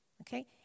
Okay